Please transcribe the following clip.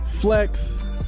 flex